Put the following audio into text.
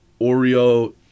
Oreo